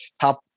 help